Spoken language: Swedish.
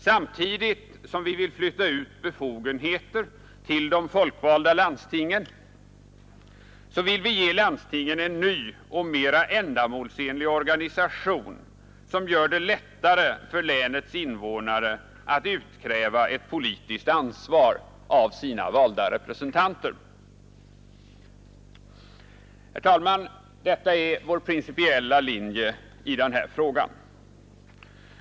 Samtidigt som vi vill flytta ut befogenheter till de folkvalda landstingen vill vi ge landstingen en ny och mer ändamålsenlig organisation, som gör det lättare för länets invånare att utkräva ett politiskt ansvar av sina valda representanter. Herr talman! Detta är vår principiella linje i denna fråga.